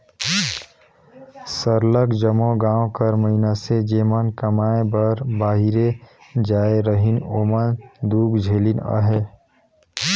सरलग जम्मो गाँव कर मइनसे जेमन कमाए बर बाहिरे जाए रहिन ओमन दुख झेलिन अहें